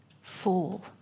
Fall